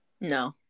No